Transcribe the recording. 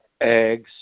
Eggs